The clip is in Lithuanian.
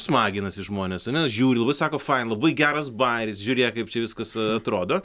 smaginasi žmonės ane žiūri ir labai sako fain labai geras bajeris žiūrėk kaip viskas atrodo